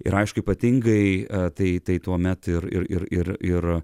ir aišku ypatingai tai tai tuomet ir ir ir ir ir